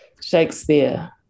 Shakespeare